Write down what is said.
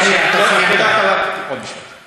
בג"ץ, חברת הכנסת בן ארי.